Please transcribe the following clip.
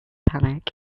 panic